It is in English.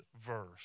verse